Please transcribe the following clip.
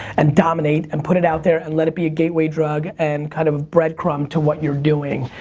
and dominate, and put it out there and let it be a gateway drug and kind of breadcrumb to what you're doing.